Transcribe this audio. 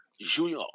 Junior